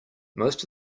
most